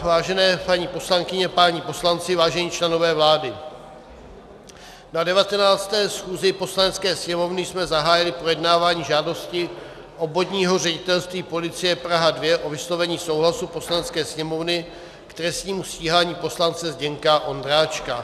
Vážené paní poslankyně, páni poslanci, vážení členové vlády, na 19. schůzi Poslanecké sněmovny jsme zahájili projednávání žádosti Obvodního ředitelství policie Praha 2 o vyslovení souhlasu Poslanecké sněmovny k trestnímu stíhání poslance Zdeňka Ondráčka.